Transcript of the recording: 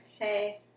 Hey